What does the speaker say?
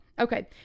Okay